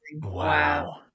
Wow